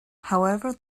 however